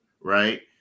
right